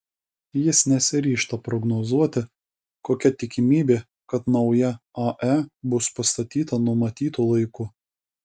jis nesiryžta prognozuoti kokia tikimybė kad nauja ae bus pastatyta numatytu laiku